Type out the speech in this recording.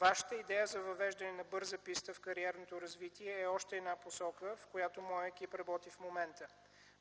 Вашата идея за въвеждане на „бърза писта” в кариерното развитие е още една посока, в която моят екип работи в момента.